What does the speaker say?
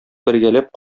бергәләп